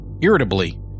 Irritably